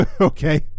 Okay